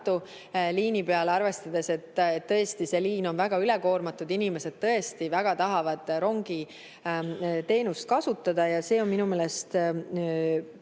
liini peale, arvestades, et see liin on väga ülekoormatud. Inimesed tõesti väga tahavad rongiteenust kasutada ja see on minu meelest